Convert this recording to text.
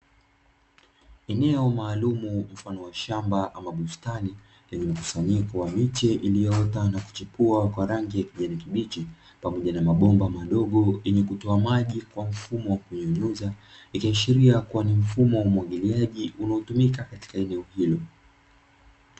Eneo maalumu mfano wa shamba au bustani, lenye mkusanyiko wa miche iliyoota na kuchipua kwa rangi ya kijani kibichi pamoja na mabomba maalumu yenye kutoa maji kwa mfumo wa kunyunyiza ikiashiria kuwa ni mfumo wa umwagiliaji unaotumika katika eneo hilo.